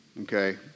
okay